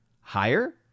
higher